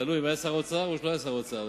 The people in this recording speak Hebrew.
תלוי אם הוא היה שר האוצר או שלא היה שר האוצר.